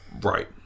right